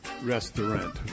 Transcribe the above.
Restaurant